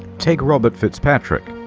take robert fitzpatrick,